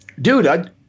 Dude